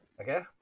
Okay